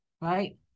Right